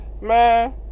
Man